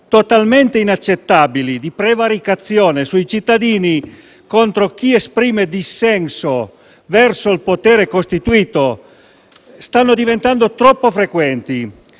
totalmente inaccettabili - di prevaricazione sui cittadini contro chi esprime dissenso verso il potere costituito stanno diventando troppo frequenti.